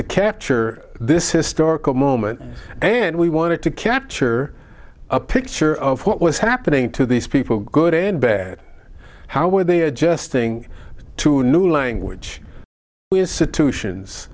to capture this historical moment and we wanted to capture a picture of what was happening to these people good and bad how were they adjusting to new language situations